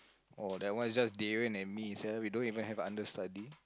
oh that one is just Darren and me so we are doing have under study